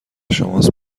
شماست